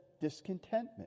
discontentment